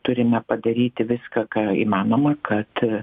turime padaryti viską ką įmanoma kad